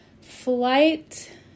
flight